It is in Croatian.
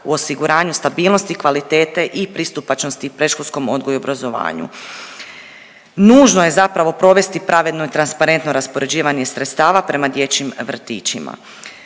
u osiguranju stabilnosti kvalitete i pristupačnosti predškolskom odgoju i obrazovanju. Nužno je zapravo provesti pravedno i transparentno raspoređivanje sredstava prema dječjim vrtićima.